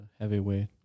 heavyweight